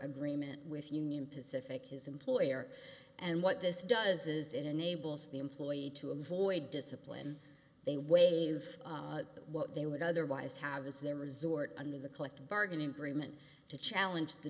agreement with union pacific his employer and what this does is it enables the employee to avoid discipline they waive what they would otherwise have is their resort under the collective bargaining agreement to challenge the